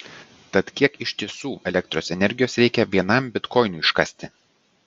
tad kiek iš tiesų elektros energijos reikia vienam bitkoinui iškasti